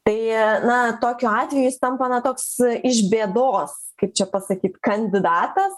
tai na tokiu atveju jis tampa na toks iš bėdos kaip čia pasakyt kandidatas